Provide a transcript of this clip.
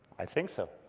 i think so,